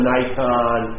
Nikon